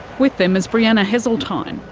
with them is brianna heseltine,